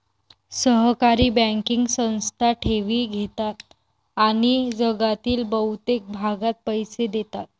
सहकारी बँकिंग संस्था ठेवी घेतात आणि जगातील बहुतेक भागात पैसे देतात